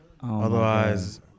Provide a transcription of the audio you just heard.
Otherwise